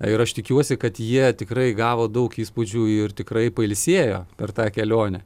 ir aš tikiuosi kad jie tikrai gavo daug įspūdžių ir tikrai pailsėjo per tą kelionę